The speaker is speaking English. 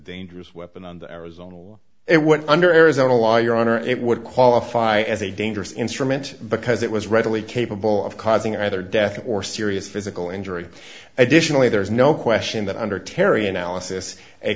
dangerous weapon on the arizona law it went under arizona law your honor it would qualify as a dangerous instrument because it was readily capable of causing either death or serious physical injury additionally there is no question that under terry analysis a